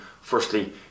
firstly